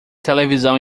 televisão